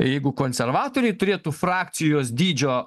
jeigu konservatoriai turėtų frakcijos dydžio